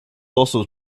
also